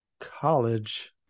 college